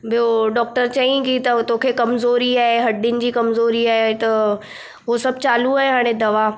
ॿियो डॉक्टर चईं की त तोखे कमज़ोरी आहे हॾियुनि जी कमज़ोरी आहे त हो सभु चालू आहे हाणे दवा